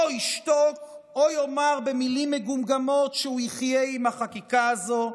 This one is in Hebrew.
או ישתוק או יאמר במילים מגומגמות שהוא יחיה עם החקיקה הזו.